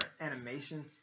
animation